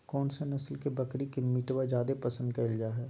कौन सा नस्ल के बकरी के मीटबा जादे पसंद कइल जा हइ?